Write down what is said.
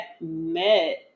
met